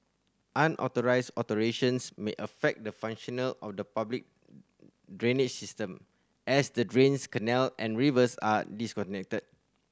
Unauthorised alterations may affect the functional of the public drainage system as the drains canal and rivers are disconnected